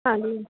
ਹਾਂਜੀ